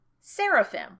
Seraphim